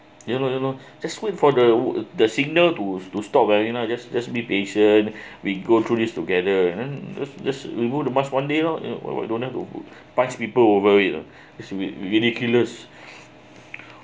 ya lor ya lor just wait for the the signal to to stop wearing lor just just be patient we go through this together and then just just remove mask one day lor don't have to punch people over it uh is ridiculous